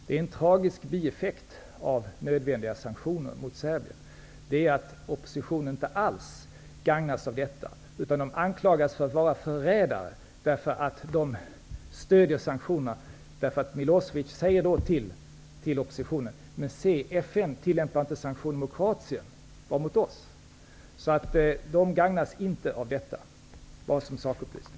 En tragisk bieffekt av nödvändiga sanktioner mot Serbien är att oppositionen inte alls gagnas av detta, utan de oppositionella anklagas för att vara förrädare när de stöder sanktionerna. Milosevic säger till oppositionen: Men se, FN tillämpar inte sanktioner mot Kroatien, bara mot oss! Så oppositionen i Serbien gagnas inte av sanktionerna. Detta bara som en sakupplysning.